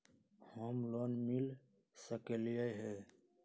Home loan मिल सकलइ ह?